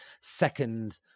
second